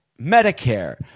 Medicare